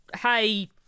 hey